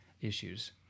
issues